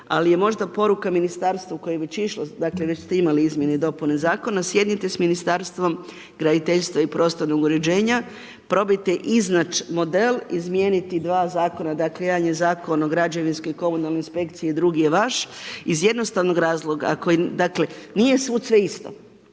ali je možda poruka ministarstvu koje je već išlo, dakle već ste imali izmjene i dopune zakona, sjednite sa Ministarstvom graditeljstva i prostornog uređenja, probajte iznać model, izmijeniti dva zakona, dakle jedan je Zakon o građevinskoj i komunalnoj inspekciji a drugi je vaš, iz jednostavnog razloga, dakle nije svud sve isto.